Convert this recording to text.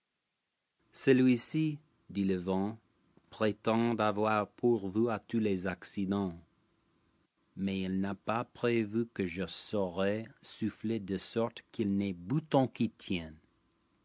celui-ci dit le vent prétend avoir pourvu a tous les accidents mais il n'a pas prévu que je saurai souffler de sorte qu'il n'est bouton qui tienne